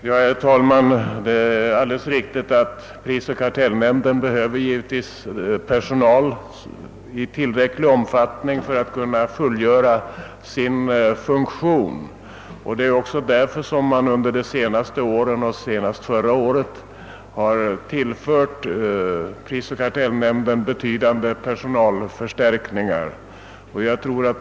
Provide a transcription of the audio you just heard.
Herr talman! Det är alldeles riktigt att prisoch kartellnämnden behöver personal i tillräcklig omfattning för att kunna fullgöra sin funktion. Därför har man också på senare tid — och senast förra året — tillfört nämnden medel för betydande personalförstärkningar.